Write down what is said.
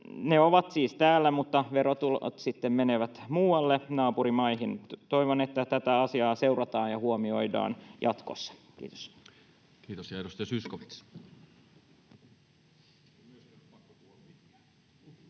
ovat siis täällä, mutta verotulot menevät muualle, naapurimaihin. Toivon, että tätä asiaa seurataan ja huomioidaan jatkossa. — Kiitos.